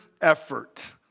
effort